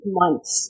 months